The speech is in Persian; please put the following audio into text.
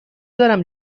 دارم